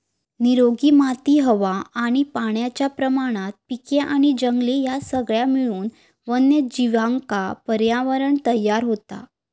निरोगी माती हवा आणि पाण्याच्या प्रमाणात पिके आणि जंगले ह्या सगळा मिळून वन्यजीवांका पर्यावरणं तयार होता